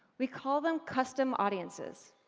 we call them custom audiences.